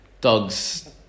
dogs